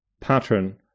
pattern